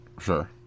Sure